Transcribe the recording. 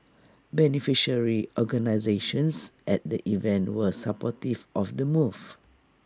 beneficiary organisations at the event were supportive of the move